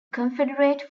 confederate